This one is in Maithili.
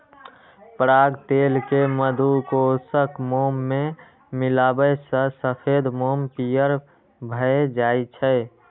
पराग तेल कें मधुकोशक मोम मे मिलाबै सं सफेद मोम पीयर भए जाइ छै